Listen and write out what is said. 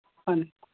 হয় নি